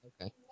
Okay